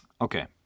Okay